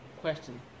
Question